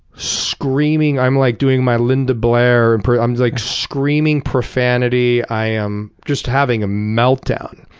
screaming, i'm like doing my linda blair impr i'm like screaming profanity. i am just having a meltdown,